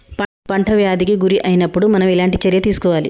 పంట వ్యాధి కి గురి అయినపుడు మనం ఎలాంటి చర్య తీసుకోవాలి?